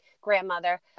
grandmother